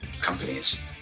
companies